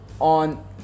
on